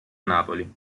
napoli